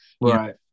Right